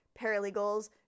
paralegals